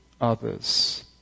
others